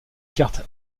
carte